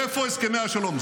איפה הסכמי השלום?